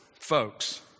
folks